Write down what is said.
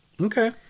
Okay